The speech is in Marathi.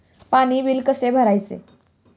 पाणी बिल कसे भरायचे?